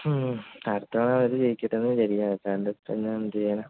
അടുത്ത തവണ അവർ ജയിക്കട്ടെയെന്ന് വിചാരിക്കാം അല്ലാണ്ടിപ്പോൾ എന്താ എന്തു ചെയ്യാനാണ്